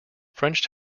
french